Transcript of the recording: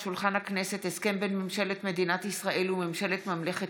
הסכם בין ממשלת מדינת ישראל לממשלת ממלכת